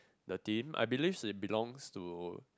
the team I believe it belongs to